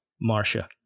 Marcia